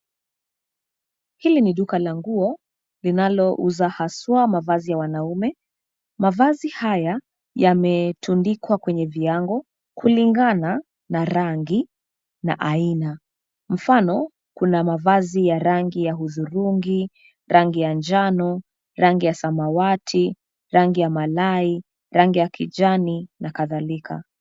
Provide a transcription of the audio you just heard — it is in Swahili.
Hili ni duka la nguo linalouza haswa mavazi ya wanaume. Mavazi haya yametundikwa kwenye viango kulingana na rangi na aina. Mfano kuna mavazi ya rangi ya hudhurungi, rangi ya njano, rangi ya samawati, rangi ya malai, rangi ya kijani na kadhalika.